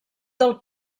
del